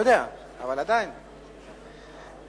נא לרשום בפרוטוקול שאני הצבעתי במקום